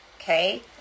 okay